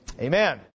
amen